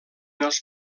els